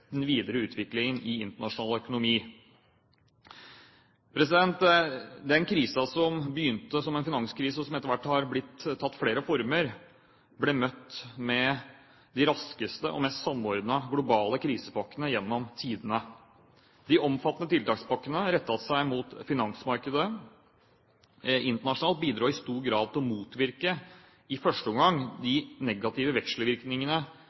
den videre utviklingen i internasjonal økonomi. Den krisen som begynte som en finanskrise, og som etter hvert har tatt flere former, ble møtt med de raskeste og mest samordnede globale krisepakkene gjennom tidene. De omfattende tiltakspakkene rettet mot finansmarkedet internasjonalt bidro i stor grad til å motvirke i første omgang